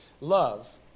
love